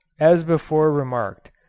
as before remarked,